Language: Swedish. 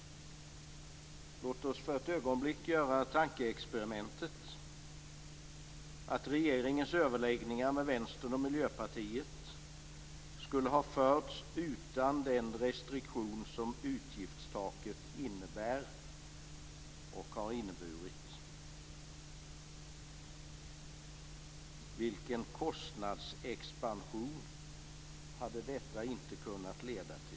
Låt oss för ett ögonblick göra tankeexperimentet att regeringens överläggningar med Vänstern och Miljöpartiet skulle ha förts utan den restriktion som utgiftstaket innebär och har inneburit. Vilken kostnadsexpansion hade detta inte kunnat leda till?